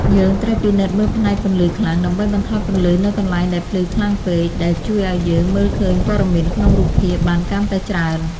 យើងត្រូវពិនិត្យមើលផ្នែក ពន្លឺខ្លាំង ដើម្បីបន្ថយពន្លឺនៅកន្លែងដែលភ្លឺខ្លាំងពេក ដែលជួយឱ្យយើងមើលឃើញព័ត៌មានក្នុងរូបភាពបានកាន់តែច្រើន។